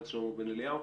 כן.